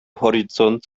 horizont